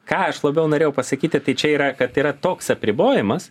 ką aš labiau norėjau pasakyti tai čia yra kad yra toks apribojimas